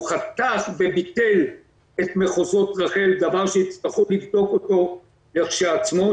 חתך וביטל את מחוזות רח"ל דבר שיצטרכו לבדוק אותו לכשעצמו.